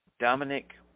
Dominic